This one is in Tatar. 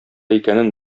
икәнен